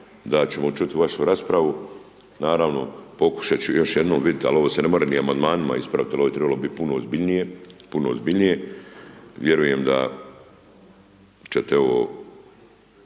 da ćemo čut vašu raspravu, naravno pokušat ću još jednom vid al ovo se ne more ni amandmanima ispravit jel ovo je trebalo bit puno ozbiljnije, puno ozbiljnije, vjerujem da ćete ovo